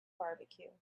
barbecue